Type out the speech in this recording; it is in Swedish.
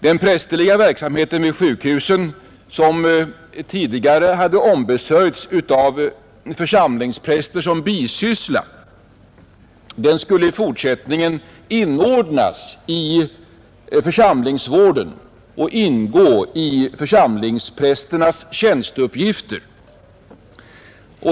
Den prästerliga verksamheten vid sjukhusen, som tidigare hade ombesörjts av församlingspräster som bisyssla, skulle i fortsättningen inordnas i församlingsvården och ingå i församlingsprästernas tjänsteuppgifter.